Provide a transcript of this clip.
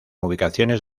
ubicaciones